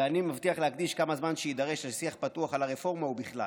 מבטיח להקדיש כמה זמן שיידרש לשיח פתוח על הרפורמה ובכלל".